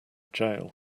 jail